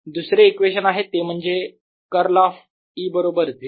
दुसरे इक्वेशन आहे ते म्हणजे कर्ल ऑफ E बरोबर 0